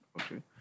Okay